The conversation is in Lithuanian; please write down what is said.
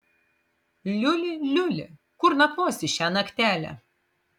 liuli liuli kur nakvosi šią naktelę